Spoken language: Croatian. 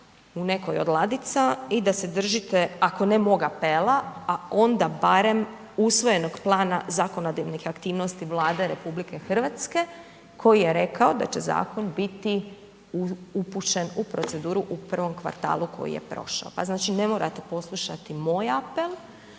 u nekoj od ladica i da se držite, ako ne mog apela a onda barem usvojenog plana zakonodavnih aktivnosti Vlade RH koji je rekao da će zakon bi upućen u proceduru u prvom kvartalu koji je prošao. Pa znači ne morate poslušati moj apel